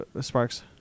Sparks